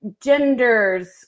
genders